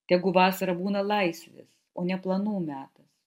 tegu vasarą būna laisvės o ne planų metas